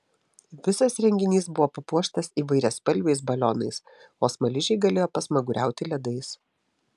visas renginys buvo papuoštas įvairiaspalviais balionais o smaližiai galėjo pasmaguriauti ledais